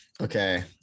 okay